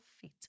feet